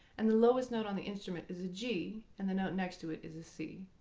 and the lowest note on the instrument is a g and the note next to it is a c,